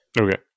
okay